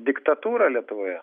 diktatūrą lietuvoje